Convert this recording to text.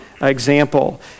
example